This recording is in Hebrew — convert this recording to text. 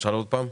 תשאל עוד פעם.